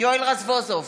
יואל רזבוזוב,